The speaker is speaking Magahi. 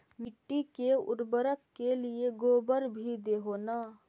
मिट्टी के उर्बरक के लिये गोबर भी दे हो न?